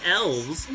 elves